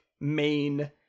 main